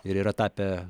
ir yra tapę